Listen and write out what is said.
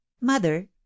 mother